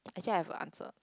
actually I have a answer